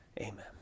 Amen